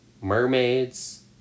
mermaids